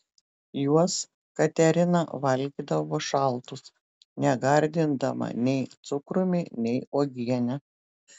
juos katerina valgydavo šaltus negardindama nei cukrumi nei uogiene